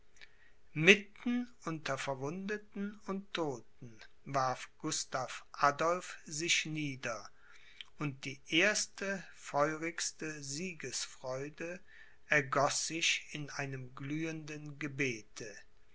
mitten unter verwundeten und todten warf gustav adolph sich nieder und die erste feurigste siegesfreude ergoß sich in einem glühenden gebete